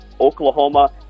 Oklahoma